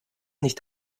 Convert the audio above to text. nicht